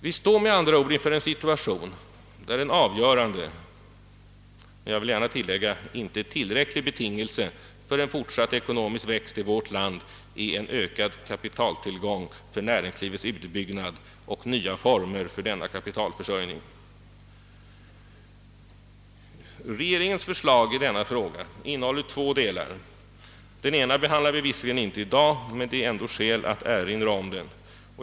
Vi står med andra ord inför en situation, där en avgörande men jag vill gärna tillägga inte tillräcklig betingelse för en fortsatt ekonomisk växt i vårt land är en ökad kapitaltillgång för näringslivets utbyggnad och nya former för denna kapitalförsörjning. Regeringens förslag i denna fråga innehåller två delar. Den ena behandlar vi visserligen inte i dag, men det är ändå skäl att erinra om den.